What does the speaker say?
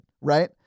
Right